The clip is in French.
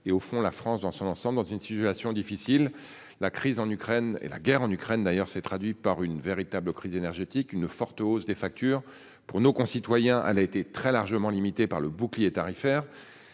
et au fond la France dans son ensemble dans une situation difficile. La crise en Ukraine et la guerre en Ukraine d'ailleurs s'est traduit par une véritable crise énergétique une forte hausse des factures pour nos concitoyens. Elle a été très largement limité par le bouclier tarifaire